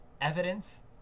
evidence